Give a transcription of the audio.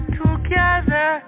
together